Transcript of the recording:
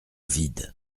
vide